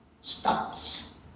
stops